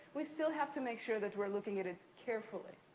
we still have to make sure that we're looking at it carefully.